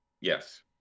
Yes